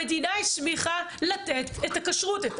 המדינה הסמיכה לתת את הכשרות,